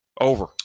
Over